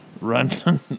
run